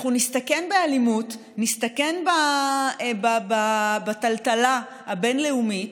אנחנו נסתכן באלימות, נסתכן בטלטלה הבין-לאומית,